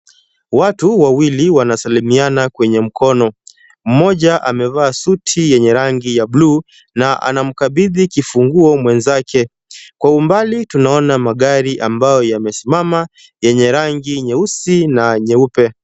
Watu wawili wanasalimiana kwenye mkono. Mmoja amevaa suti yenye rangi ya blue na anamkabidhi kifunguo mwenzake. Kwa umbali tunaona magari ambayo yamesimama yanye rangi nyeusi na nyeupe.